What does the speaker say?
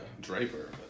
Draper